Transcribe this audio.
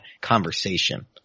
conversation